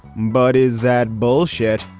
but is that bullshit?